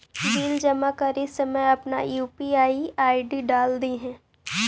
bill जमा करित समय अपन यू.पी.आई आई.डी डाल दिन्हें